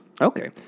Okay